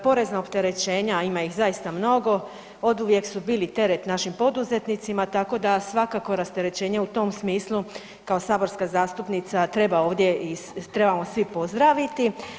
Porezna opterećenja, a ima ih zaista mnogo oduvijek su bili teret našim poduzetnicima tako da svakako rasterećenje u tom smislu kao saborska zastupnica trebamo svi pozdraviti.